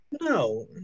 No